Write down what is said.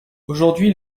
aujourd’hui